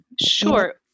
sure